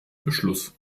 beschluss